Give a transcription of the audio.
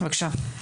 בבקשה.